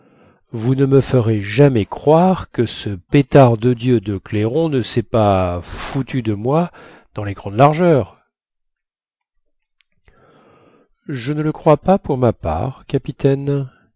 vous ne me ferez jamais croire que ce pétard de dieu de clairon ne sest pas f de moi dans les grandes largeurs je ne le crois pas pour ma part capitaine